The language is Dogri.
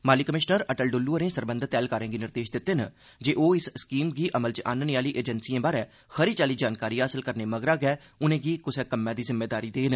माली कमिशनर अटल डुल्लु होरें सरबंधत ऐहलकारें गी निर्देश दित्ते जे ओह् इस स्कीम गी अमल च आह्नने आह्ली एजेंसिएं बारै खरी चाल्ली जानकारी हासल करने मगरा गै उनें'गी कुसा कम्मै दी जिम्मेदारी देन